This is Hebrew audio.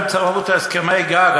באמצעות הסכמי גג,